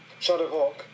Shadowhawk